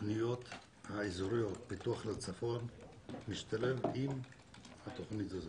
התוכניות האזוריות בתוך הצפון משתלב עם התוכנית הזאת?